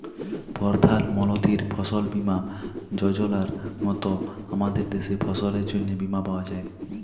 পরধাল মলতির ফসল বীমা যজলার মত আমাদের দ্যাশে ফসলের জ্যনহে বীমা পাউয়া যায়